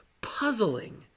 Puzzling